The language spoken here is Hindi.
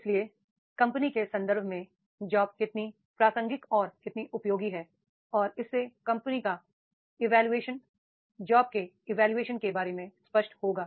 इसलिए कंपनी के संदर्भ में जॉब कितनी प्रासंगिक और कितनी उपयोगी है और इससे कंपनी का इवोल्यूशन जॉब के इवोल्यूशन के बारे में स्पष्ट होगा